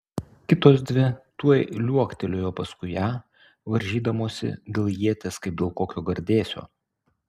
kitos dvi tuoj liuoktelėjo paskui ją varžydamosi dėl ieties kaip dėl kokio gardėsio